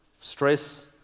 stress